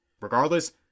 Regardless